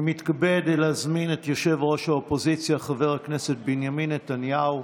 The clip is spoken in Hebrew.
אני מתכבד להזמין את ראש האופוזיציה חבר הכנסת בנימין נתניהו.